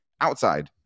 outside